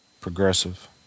Progressive